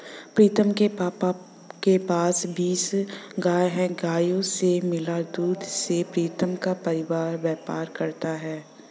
प्रीतम के पापा के पास बीस गाय हैं गायों से मिला दूध से प्रीतम का परिवार व्यापार करता है